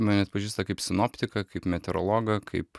mane atpažįsta kaip sinoptiką kaip meteorologą kaip